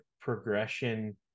progression